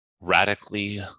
radically